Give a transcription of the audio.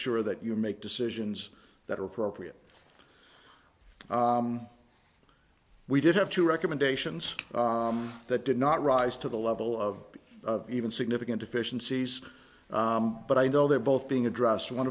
sure that you make decisions that are appropriate we did have two recommendations that did not rise to the level of even significant efficiencies but i know they're both being addressed one